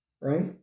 right